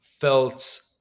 felt